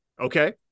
Okay